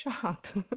shocked